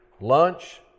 lunch